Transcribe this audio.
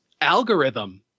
algorithm